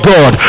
God